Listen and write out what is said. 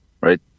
right